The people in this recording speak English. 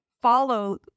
follow